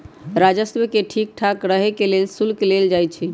राजस्व के ठीक ठाक रहे के लेल शुल्क लेल जाई छई